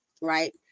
right